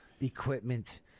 equipment